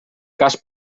cas